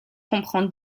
comprend